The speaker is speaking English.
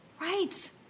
Right